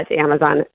Amazon